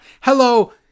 hello